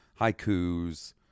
haikus